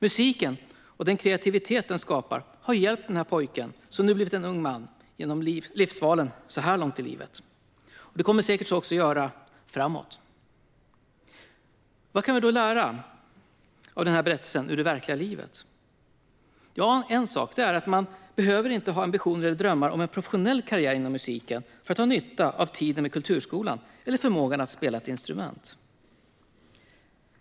Musiken och den kreativitet den skapar har hjälpt pojken, som nu blivit en ung man, genom livsvalen så här långt i livet och kommer säkert också att göra det framöver. Vad kan vi då lära av denna berättelse ur det verkliga livet? Ja, en sak är att man inte behöver ha ambitioner eller drömmar om en professionell karriär inom musiken för att ha nytta av tiden i kulturskolan eller förmågan att spela ett instrument.